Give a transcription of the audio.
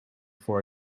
for